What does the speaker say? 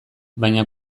baina